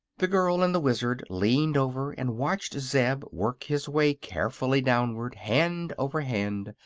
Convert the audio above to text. the girl and the wizard leaned over and watched zeb work his way carefully downward, hand over hand,